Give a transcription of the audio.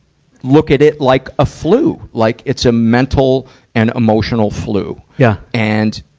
look at it like a flu. like, it's a mental and emotional flu. yeah and,